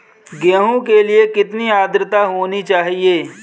गेहूँ के लिए कितनी आद्रता होनी चाहिए?